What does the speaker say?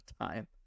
time